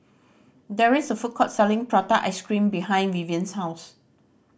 there is a food court selling prata ice cream behind Vivien's house